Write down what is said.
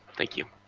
thank you.